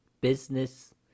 business